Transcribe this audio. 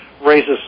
raises